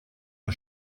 der